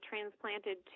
transplanted